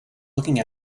looking